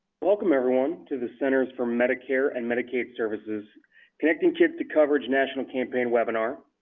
welcome everyone to the centers for medicare and medicaid services connecting kids to coverage national campaign webinar